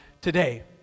today